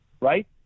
right